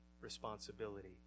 responsibility